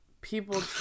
people